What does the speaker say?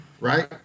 Right